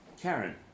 Karen